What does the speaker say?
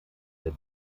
der